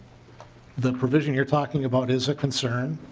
the provision you are talking about is a concern.